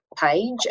page